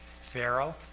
Pharaoh